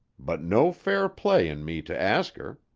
but no fair play in me to ask her.